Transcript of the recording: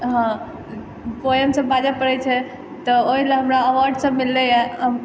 हँ पोएम सब बाजै पडै छै तऽ ओहि लए हमरा अवार्ड सब मिललै